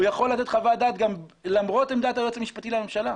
הוא יכול לתת חוות דעת למרות עמדת היועץ המשפטי לממשלה,